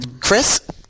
Chris